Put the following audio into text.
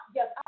Yes